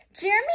Jeremy